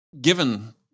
given